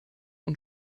und